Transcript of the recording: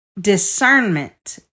discernment